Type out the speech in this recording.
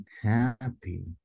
happy